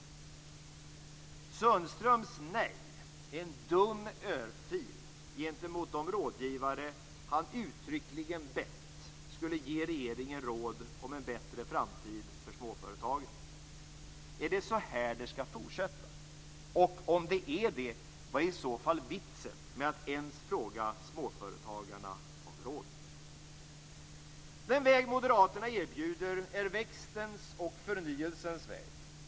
Anders Sundströms nej är en dum örfil gentemot de rådgivare som han uttryckligen bett skulle ge regeringen råd om en bättre framtid för småföretagen. Är det så det skall fortsätta? Om det är så, vad är i så fall vitsen med att ens fråga småföretagarna om råd? Den väg som Moderaterna erbjuder är växtens och förnyelsens väg.